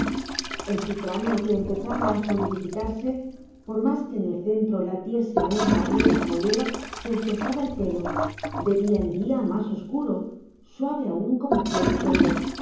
en su cráneo que empezaba a solidificarse por más que en el centro latiese aún la abierta mollera se espesaba el pelo de día en día más oscuro suave aún como piel de topo